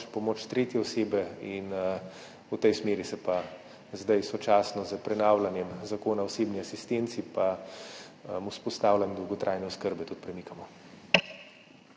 pomoč tretje osebe in v tej smeri se pa zdaj sočasno s prenavljanjem Zakona o osebni asistenci in vzpostavljanjem dolgotrajne oskrbe tudi premikamo.